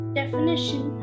definition